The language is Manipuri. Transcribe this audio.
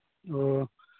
ꯑꯣ